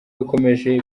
bikomeje